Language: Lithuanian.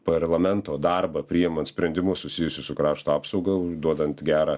parlamento darbą priimant sprendimus susijusius su krašto apsauga duodant gerą